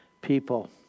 people